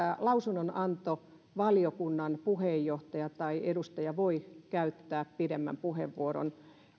lausunnonannossa valiokunnan puheenjohtaja tai edustaja voi käyttää pidemmän puheenvuoron